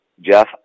Jeff